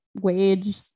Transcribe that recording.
wage